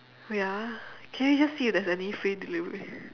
oh ya ah can you just see if there's any free delivery